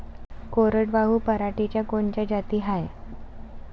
कोरडवाहू पराटीच्या कोनच्या जाती हाये?